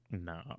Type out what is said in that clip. No